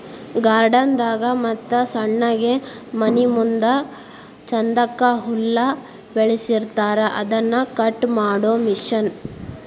garden ದಾಗ ಮತ್ತ ಸಣ್ಣಗೆ ಮನಿಮುಂದ ಚಂದಕ್ಕ ಹುಲ್ಲ ಬೆಳಸಿರತಾರ ಅದನ್ನ ಕಟ್ ಮಾಡು ಮಿಷನ್